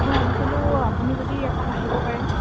মই ভাবিছিলোঁ আপুনি যদি এপাক আহিব পাৰে